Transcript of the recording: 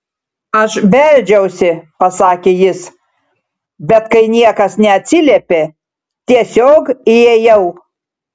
aš beldžiausi pasakė jis bet kai niekas neatsiliepė tiesiog įėjau